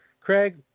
Craig